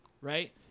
right